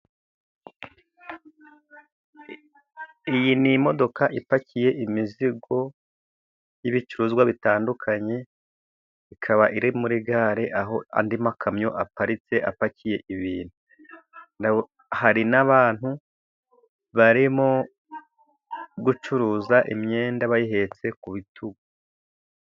Iyi ni imodoka ipakiye imizigo y'ibicuruzwa bitandukanye, ikaba iri muri gare aho andi makamyo aparitse, apakiye ibintu hari n'abantu barimo gucuruza imyenda bayihetse ku bitugu.